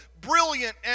brilliant